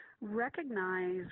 recognize